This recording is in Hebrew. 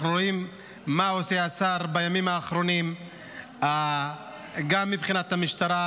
אנחנו רואים מה עושה השר בימים האחרונים גם מבחינת המשטרה,